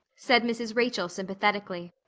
said mrs. rachel sympathetically.